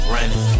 Running